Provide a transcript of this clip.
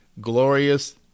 glorious